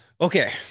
okay